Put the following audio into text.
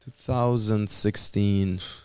2016